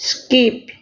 skip